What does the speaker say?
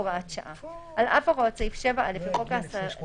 הוראת שעה 17.על אף הוראות סעיף 7(א) לחוק ההסגרה,